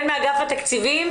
מאגף התקציבים,